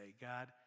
God